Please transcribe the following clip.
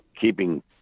keeping